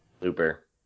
Looper